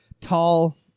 Tall